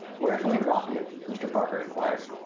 where can we drop you? mr. parker inquired.